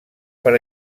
per